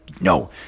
no